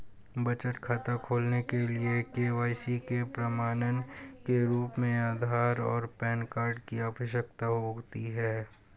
बचत खाता खोलने के लिए के.वाई.सी के प्रमाण के रूप में आधार और पैन कार्ड की आवश्यकता होती है